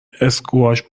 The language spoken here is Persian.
اسکواش